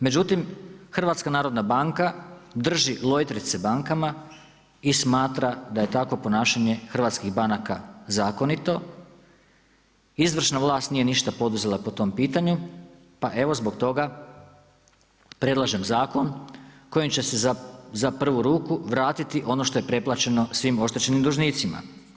Međutim, Hrvatska narodna banka drži lojtrice bankama i smatra da je takvo ponašanje hrvatskih banaka zakonito, izvršna vlast nije ništa poduzela po tom pitanju pa evo zbog toga predlažem zakon kojim će se za pravu ruku vratiti ono što je preplaćeno svim oštećenim dužnicima.